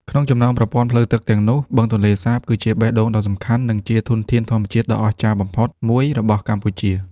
ក្នុងចំណោមប្រព័ន្ធផ្លូវទឹកទាំងនោះ បឹងទន្លេសាប គឺជាបេះដូងដ៏សំខាន់ និងជាធនធានធម្មជាតិដ៏អស្ចារ្យបំផុតមួយរបស់កម្ពុជា។